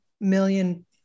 million